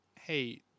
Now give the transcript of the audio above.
hey